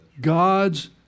God's